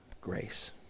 grace